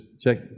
check